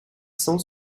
cent